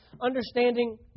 understanding